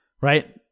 right